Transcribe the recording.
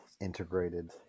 integrated